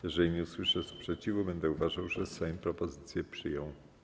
Jeżeli nie usłyszę sprzeciwu, będę uważał, że Sejm propozycję przyjął.